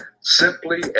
simply